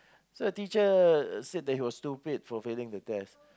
so the teacher said that he was stupid for failing the test